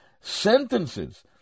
sentences